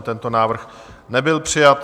Tento návrh nebyl přijat.